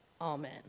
Amen